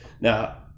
Now